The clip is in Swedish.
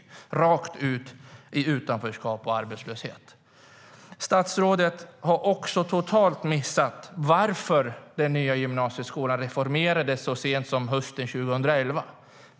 De gick rakt ut i utanförskap och arbetslöshet. Statsrådet har totalt missat varför den nya gymnasieskolan reformerades så sent som hösten 2011.